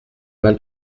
mal